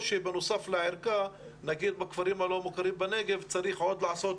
או שבנוסף לערכה נגיד בכפרים הלא מוכרים בנגב צריך לעשות